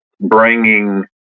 bringing